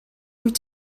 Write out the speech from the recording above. wyt